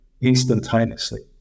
instantaneously